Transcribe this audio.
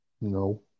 No